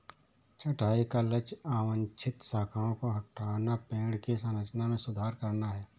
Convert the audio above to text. छंटाई का लक्ष्य अवांछित शाखाओं को हटाना, पेड़ की संरचना में सुधार करना है